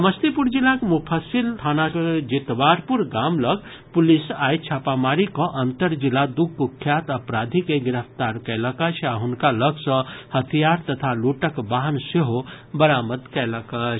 समस्तीपुर जिलाक मुफ्फसिल थानाक जितवारपुर गाम लग पुलिस आइ छापामारी कऽ अंतर जिला दू कुख्यात अपराधी के गिरफ्तार कयलक अछि आ हनका लग सँ हथियार तथा लूटक वाहन सेहो बरामद कयलक अछि